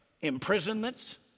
imprisonments